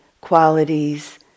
qualities